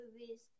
movies